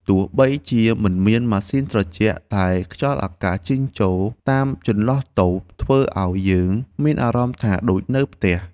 ទោះបីជាមិនមានម៉ាស៊ីនត្រជាក់តែខ្យល់អាកាសចេញចូលតាមចន្លោះតូបធ្វើឱ្យយើងមានអារម្មណ៍ថាដូចនៅផ្ទះ។